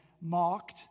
mocked